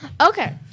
Okay